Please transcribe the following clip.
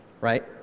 right